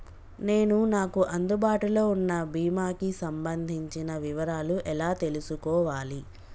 నేను నాకు అందుబాటులో ఉన్న బీమా కి సంబంధించిన వివరాలు ఎలా తెలుసుకోవాలి?